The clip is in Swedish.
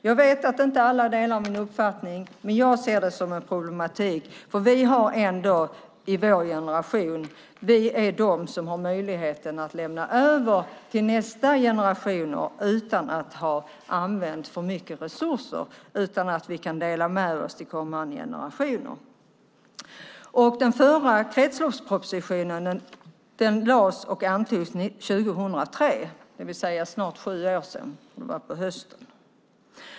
Jag vet att inte alla delar min uppfattning. Men jag ser det som ett problem. Vår generation har ändå möjlighet att lämna över till nästa generation utan att ha använt för mycket resurser. Vi kan dela med oss till kommande generationer. Den förra kretsloppspropositionen lades fram och antogs 2003, det vill säga för snart sju år sedan.